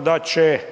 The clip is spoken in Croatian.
da će